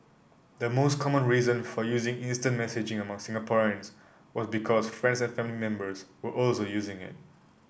the most common reason for using instant messaging among Singaporeans was because friends and family members were also using it